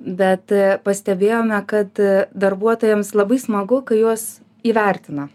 bet e pastebėjome kad e darbuotojams labai smagu kai juos įvertina